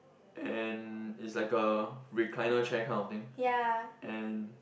and it's like a recliner chair kind of thing